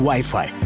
Wi-Fi